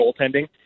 goaltending